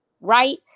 right